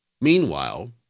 Meanwhile